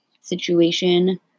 situation